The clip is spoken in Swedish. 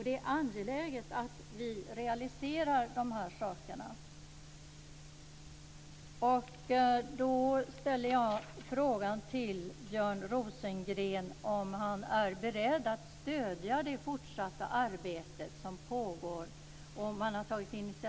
Det är angeläget att vi realiserar de här sakerna.